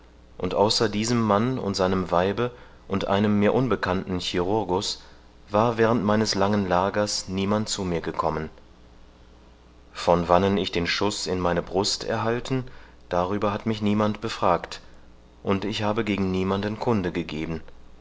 und außer diesem mann und seinem weibe und einem mir unbekannten chirurgus war während meines langen lagers niemand zu mir gekommen von wannen ich den schuß in meine brust erhalten darüber hat mich niemand befragt und ich habe niemandem kunde gegeben